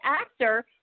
actor